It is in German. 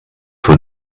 vor